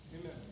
Amen